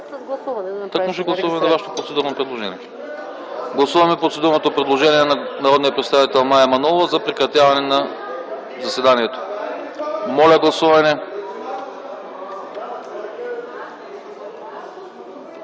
на гласуване направеното предложение.